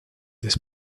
this